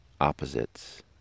opposites